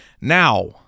Now